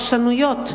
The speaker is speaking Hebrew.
שהפרשנויות,